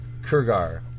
Kurgar